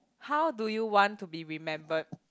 how do you want to be remembered